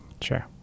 Sure